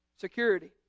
security